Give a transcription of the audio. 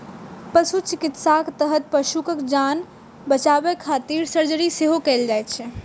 पशु चिकित्साक तहत पशुक जान बचाबै खातिर सर्जरी सेहो कैल जाइ छै